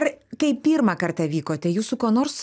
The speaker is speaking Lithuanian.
ar kai pirmą kartą vykote jūs su kuo nors